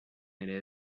ere